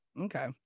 Okay